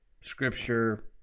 Scripture